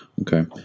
Okay